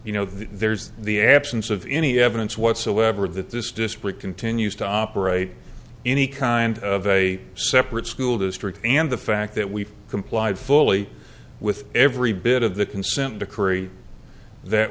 you know that there's the absence of any evidence whatsoever that this disparate continues to operate any kind of a separate school district and the fact that we've complied fully with every bit of the consent decree that